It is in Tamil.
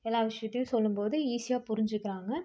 எல்லா விஷயத்தையும் சொல்லும் போது ஈஸியாக புரிஞ்சுக்கிறாங்க